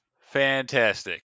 Fantastic